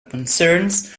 concerns